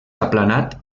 aplanat